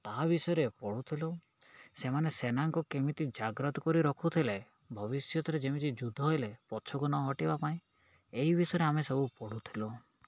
ତାହା ବିଷୟରେ ପଢ଼ୁଥିଲୁ ସେମାନେ ସେନାଙ୍କୁ କେମିତି ଜାଗ୍ରତ କରି ରଖୁଥିଲେ ଭବିଷ୍ୟତରେ ଯେମିତି ଯୁଦ୍ଧ ହେଲେ ପଛକୁ ନହଟିବା ପାଇଁ ଏହି ବିଷୟରେ ଆମେ ସବୁ ପଢ଼ୁଥିଲୁ